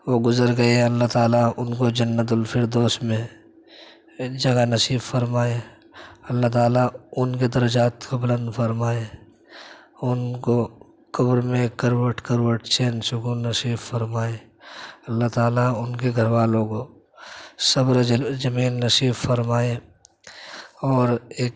وہ گزر گئے اللہ تعالیٰ اُن کو جنت الفردوس میں جگہ نصیب فرمائے اللہ تعالیٰ اُن کے درجات کو بلند فرمائے اُن کو قبر میں کروٹ کروٹ چین سکون نصیب فرمائے اللہ تعالیٰ اُن کے گھر والوں کو صبر و جل جمیل نصیب فرمائے اور ایک